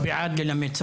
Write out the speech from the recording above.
אנחנו בעד ללמד שפה.